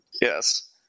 Yes